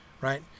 right